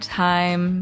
time